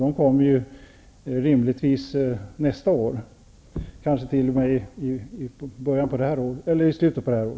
De kommer rimligtvis nästa år, eller kanske t.o.m. i slutet av detta år.